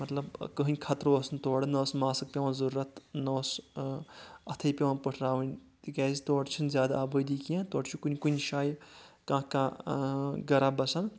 مطلب کٕہٕنۍ خطرٕ اوس نہٕ تورٕ نہ اوس ماسٕک پیوان ضروٗرتھ نہ اوس اَتھٕے پٮ۪وان پٔٹھراوٕنۍ تِکیازِ تورٕ چھنہٕ زیٛادٕ آبٲدی کینٛہہ تورٕ چھ کُنہِ کُنہِ جایہِ کانٛہہ کانٛہہ گرا بَسان